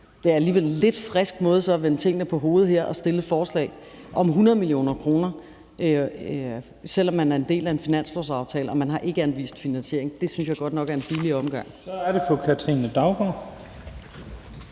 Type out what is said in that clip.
Det er alligevel en lidt frisk måde så at vende tingene på hovedet her og fremsætte et forslag om 100 mio. kr., selv om man er en del af en finanslovsaftale, og man har ikke anvist finansiering. Det synes jeg godt nok er en billig omgang. Kl. 12:07 Første næstformand